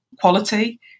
quality